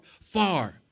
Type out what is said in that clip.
far